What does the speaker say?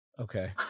okay